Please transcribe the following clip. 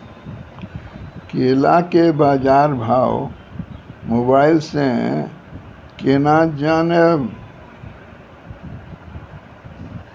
केला के बाजार भाव मोबाइल से के ना जान ब?